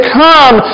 come